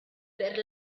per